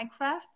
Minecraft